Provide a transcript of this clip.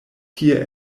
tie